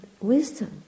wisdom